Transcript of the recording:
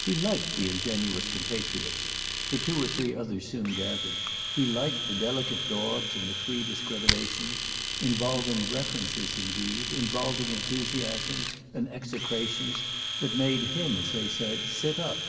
he liked the ingenuous compatriots for two or three others soon gathered he liked the delicate daubs and the free discriminations involving references indeed, involving enthusiasms and execrations that made him, as they said, sit up